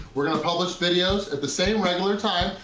we're gonna publish videos at the same regular time,